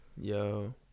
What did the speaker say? Yo